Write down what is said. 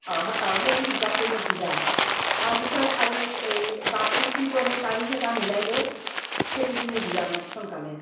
অ অ সেইটো হিচাপটো মোক দিবা তাৰপিছত আৰু এই বাৰটো কি পৰে তাৰিখ এটা মিলাই লৈ সেইটো তুমি দিবা মোক সোনকালে